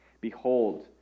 Behold